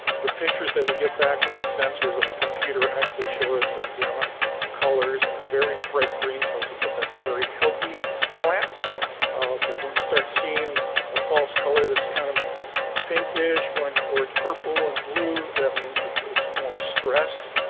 the pictures that we get back from the sensors on the computer actually show us a gamut of colors and a very bright green tells us that that's a very healthy plant but when you start seeing a false-color that's kind of pinkish going towards purple and blue that means it's it's more stressed.